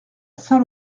saint